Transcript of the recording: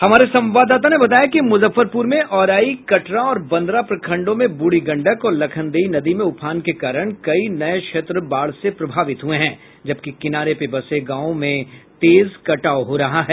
हमारे संवाददाता ने बताया कि मुजफ्फरपुर में औराई कटरा और बंदरा प्रखंडों में बूढ़ी गंडक और लखनदेई नदी में उफान के कारण कई नये क्षेत्र बाढ़ से प्रभावित हुए हैं जबकि किनारे बसे गांवों में तेज कटाव हो रहा है